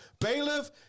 Bailiff